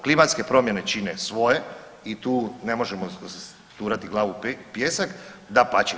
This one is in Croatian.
Klimatske promjene čine svoje i tu ne možemo turati glavu u pijesak, dapače.